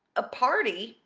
a party?